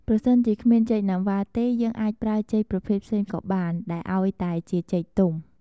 ប្រសិនជាគ្មានចេកណាំវ៉ាទេ យើងអាចប្រើចេកប្រភេទផ្សេងក៏បានដែរឱ្យតែជាចេកទុំ។